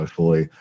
fully